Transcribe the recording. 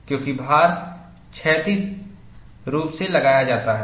क्योंकि भार क्षैतिज रूप से लगाया जाता है